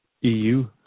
EU